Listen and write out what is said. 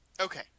Okay